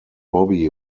bobby